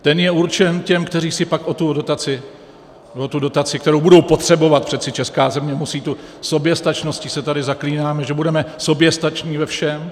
Ten je určen těm, kteří si pak o tu dotaci, o tu dotaci, kterou budou potřebovat, přeci česká země musí, tou soběstačností se tady zaklínáme, že budeme soběstační ve všem.